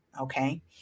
okay